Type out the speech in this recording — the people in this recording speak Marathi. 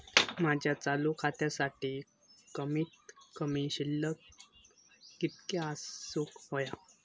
माझ्या चालू खात्यासाठी कमित कमी शिल्लक कितक्या असूक होया?